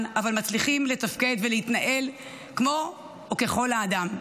אבל מצליחים לתפקד ולהתנהל ככל האדם,